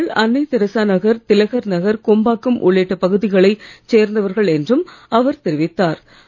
மற்றவர்கள் அன்னைதெரெசா நகர் திலகர் நகர் கொம்பாக்கம் உள்ளிட்ட பகுதிகளை சேர்ந்தவர்கள் என்றும் அவர் தெரிவித்தார்